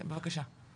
כן, בבקשה.